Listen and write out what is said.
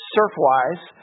Surfwise